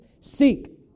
Seek